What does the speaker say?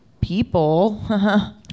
people